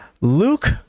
Luke